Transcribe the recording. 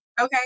Okay